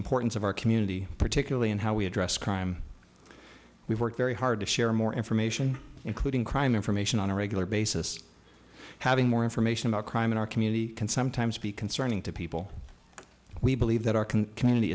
importance of our community particularly in how we address crime we work very hard to share more information including crime information on a regular basis having more information about crime in our community can sometimes be concerning to people we believe that our c